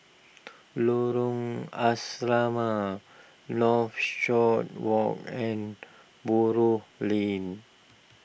Lorong Asrama Northshore Walk and Buroh Lane